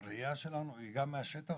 הראייה שלנו היא גם מהשטח